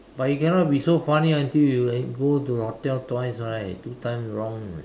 but he cannot be so funny until you can go to the hotel twice right two times wrong